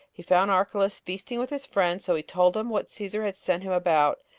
he found archelaus feasting with his friends so he told him what caesar had sent him about,